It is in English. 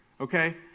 okay